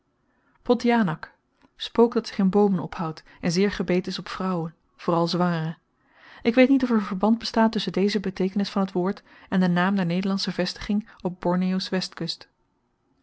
dat zich in boomen ophoudt en zeer gebeten is op vrouwen vooral zwangere ik weet niet of er verband bestaat tusschen deze beteekenis van t woord en de naam der nederlandsche vestiging op borneo's westkust